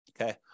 Okay